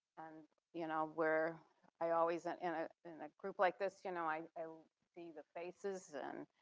and you know where i always am in ah in a group like this, you know i ah see the faces and